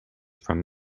from